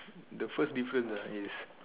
the first difference ah is